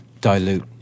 dilute